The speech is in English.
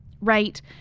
right